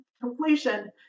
completion